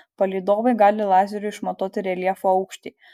palydovai gali lazeriu išmatuoti reljefo aukštį